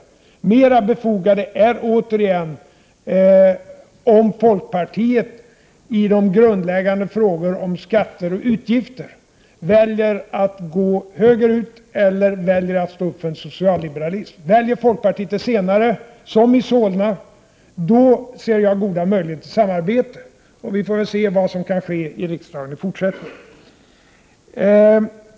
Då är det, återigen, mera befogat att hysa farhågor beträffande folkpartiet — om folkpartiet i grundläggande frågor om skatter och utgifter väljer att gå högerut eller om man väljer att stå upp för en socialliberalism. Väljer folkpartiet det senare — som man har gjort i Solna —, ser jag goda möjligheter till samarbete. Vi får väl se vad som kan ske i riksdagen i fortsättningen.